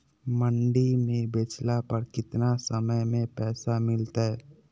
मंडी में बेचला पर कितना समय में पैसा मिलतैय?